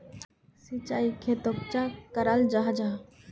सिंचाई खेतोक चाँ कराल जाहा जाहा?